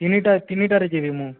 ତିନିଟା ତିନିଟାରେ ଯିବି ମୁଁ